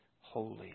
holy